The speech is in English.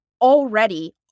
already